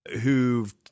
who've